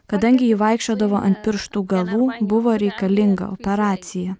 kadangi ji vaikščiodavo ant pirštų galų buvo reikalinga operacija